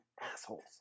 assholes